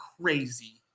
crazy